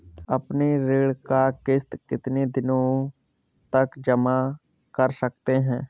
अपनी ऋण का किश्त कितनी दिनों तक जमा कर सकते हैं?